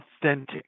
authentic